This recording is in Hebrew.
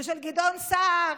של גדעון סער,